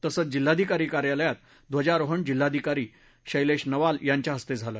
तसेच जिल्हाधिकारी कार्यालयात ध्वजारोहण जिल्हाधिकारी शैलेश नवाल यांच्या हस्ते झालं